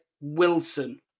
Wilson